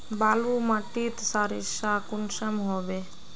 बालू माटित सारीसा कुंसम होबे?